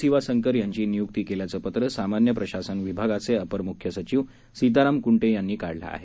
सिवा संकर यांची नियुक्ती केल्याचं पत्र सामान्य प्रशासन विभागाचे अपर मुख्य सचिव सीताराम कुंटे यांनी काढलं आहे